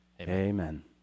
Amen